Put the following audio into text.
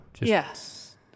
Yes